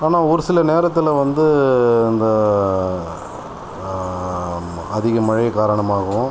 ஆனால் ஒரு சில நேரத்தில் வந்து இந்த அதிக மழை காரணமாகவும்